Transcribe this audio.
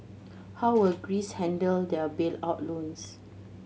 how will Greece handle their bailout loans